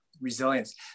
resilience